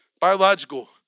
Biological